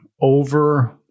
over